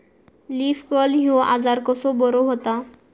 Leaf curl ह्यो आजार कसो बरो व्हता?